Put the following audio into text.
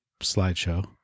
slideshow